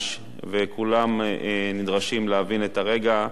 כולם נדרשים להבין את הרגע.